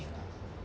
lah